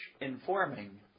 informing